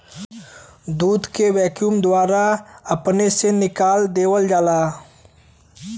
दूध के वैक्यूम द्वारा अपने से निकाल लेवल जाला